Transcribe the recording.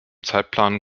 zeitplan